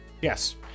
Yes